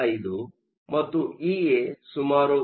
85 ಮತ್ತು ಇಎ ಸುಮಾರು 3